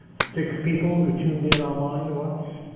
six people who tuned in online to watch.